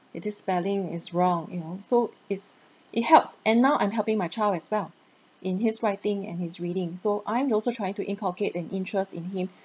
it is spelling is wrong you know so it's it helps and now I'm helping my child as well in his writing and his reading so I'm also trying to inculcate an interest in him